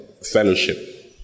Fellowship